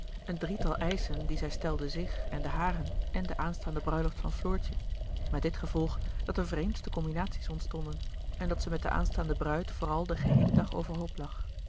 een drietal eischen die zij stelde zich en den haren en de aanstaande bruiloft van floortje met dit gevolg dat de vreemdste combinaties ontstonden en dat zij met de aanstaande bruid vooral den geheelen dag overhoop lag